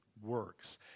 works